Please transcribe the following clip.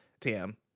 Tam